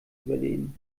überleben